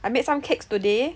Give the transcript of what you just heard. I made some cakes today